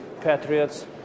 patriots